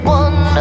one